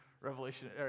Revelation